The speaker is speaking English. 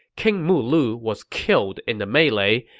king mulu was killed in the melee,